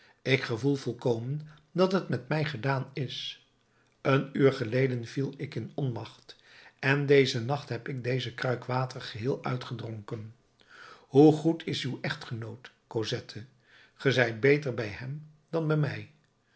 ik gevoel volkomen dat het met mij gedaan is een uur geleden viel ik in onmacht en dezen nacht heb ik deze kruik water geheel uitgedronken hoe goed is uw echtgenoot cosette ge zijt beter bij hem dan bij mij